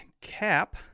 cap